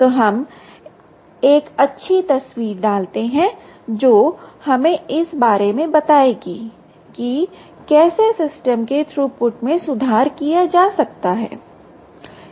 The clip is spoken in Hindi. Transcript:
तो हम एक अच्छी तस्वीर डालते हैं जो हमें इस बारे में बताएगी कि कैसे सिस्टम के थ्रूपुट में सुधार किया जा सकता है